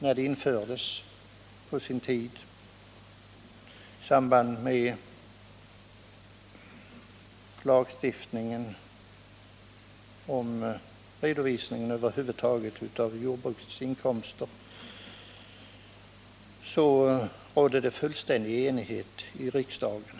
När det på sin tid infördes i samband med lagstiftningen om redovisning av jordbrukets inkomster enligt företagsmässiga grunder rådde fullständig enighet i riksdagen.